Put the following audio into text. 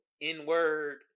N-word